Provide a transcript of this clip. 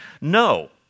No